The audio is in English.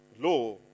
law